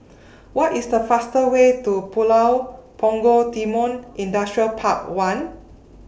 What IS The fastest Way to Pulau Punggol Timor Industrial Park one